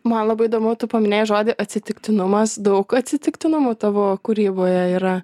man labai įdomu tu paminėjai žodį atsitiktinumas daug atsitiktinumų tavo kūryboje yra